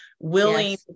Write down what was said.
willing